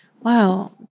Wow